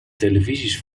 televisies